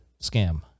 scam